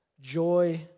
joy